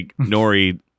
Nori